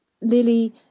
lily